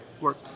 work